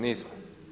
Nismo.